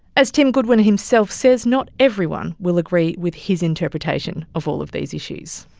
as tim goodwin himself says, not everyone will agree with his interpretation of all of these issues.